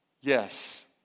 yes